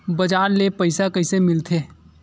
बजार ले पईसा कइसे मिलथे?